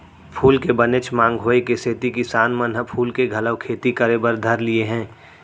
फूल के बनेच मांग होय के सेती किसान मन ह फूल के घलौ खेती करे बर धर लिये हें